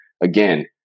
again